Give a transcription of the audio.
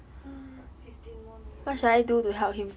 fifteen more minutes